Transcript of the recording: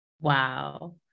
Wow